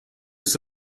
ist